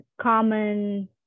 common